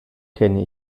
kenne